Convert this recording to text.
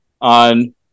on